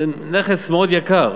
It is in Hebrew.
זה נכס מאוד יקר.